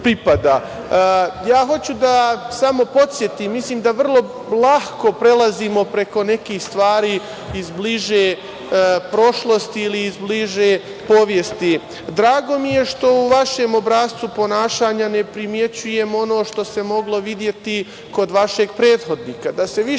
samo da podsetim, mislim da vrlo lako prelazimo preko nekih stvari iz bliže prošlosti ili iz bliže povijesti. Drago mi je što u vašem obrascu ponašanja ne primećujemo ono što se moglo videti kod vašeg prethodnika,